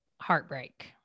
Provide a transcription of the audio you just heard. heartbreak